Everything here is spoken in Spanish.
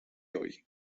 hoy